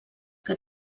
que